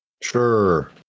Sure